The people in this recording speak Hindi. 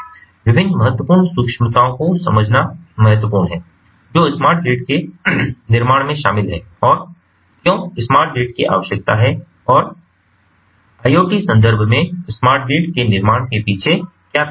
विभिन्न महत्वपूर्ण सूक्ष्मताओं को समझना महत्वपूर्ण है जो स्मार्ट ग्रिड के निर्माण में शामिल हैं और क्यों स्मार्ट ग्रिड की आवश्यकता है और आईओटी संदर्भ में स्मार्ट ग्रिड के निर्माण के पीछे क्या प्रेरणा है